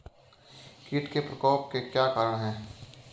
कीट के प्रकोप के क्या कारण हैं?